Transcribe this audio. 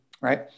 right